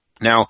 Now